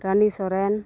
Rani Soren